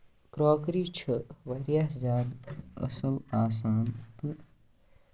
crockery چھُ واریاہ زیادٕ قٔسٕم آسان تہٕ